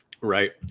Right